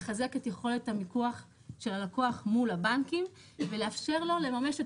לחזק את יכולת המיקוח של הלקוח מול הבנקים ולאפשר לו לממש את